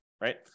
right